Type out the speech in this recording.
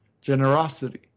generosity